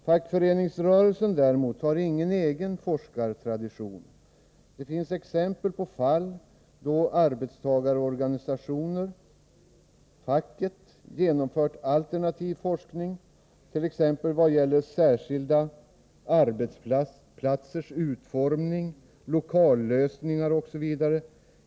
Fackföreningsrörelsen däremot har ingen egen forskartradition. Det finns exempel på fall då arbetstagarorganisationen-facket genomfört alternativ forskning, t.ex. vad gäller särskilda arbetsplatsers utformning, lokallösningar osv.